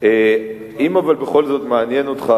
אבל אם בכל זאת מעניין אותך,